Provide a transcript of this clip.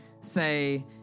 say